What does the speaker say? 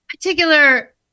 Particular